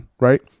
right